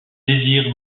désir